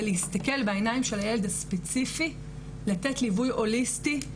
זה להסתכל בעיניים של הילד הספציפי לתת ליווי הוליסטי,